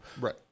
Right